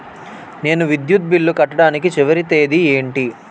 నేను విద్యుత్ బిల్లు కట్టడానికి చివరి తేదీ ఏంటి?